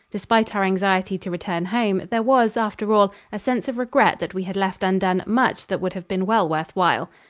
despite our anxiety to return home, there was, after all, a sense of regret that we had left undone much that would have been well worth while.